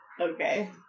Okay